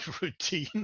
routine